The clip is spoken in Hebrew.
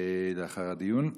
לאחר הדיון.